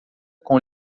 com